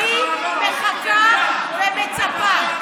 ואנחנו מצביעים בעד.